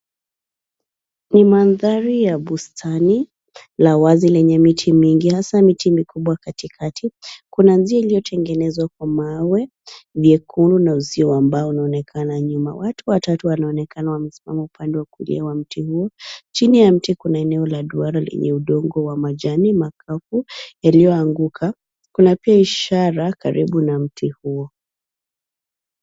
Ni mandhari ya bustani, la wazi lenye miti mingi hasaa miti mikubwa katikati. Kuna uzio iliyotengenezwa kwa mawe, vyekundu na uzio wa mbao unaonekana nyuma. Watu watatu wanaonekana upande wa kulia wa mti huo. Chini ya mti kuna eneo la duara lenye udongo wa majani makavu, yaliyoanguka. Kuna pia ishara karibu na mti huo.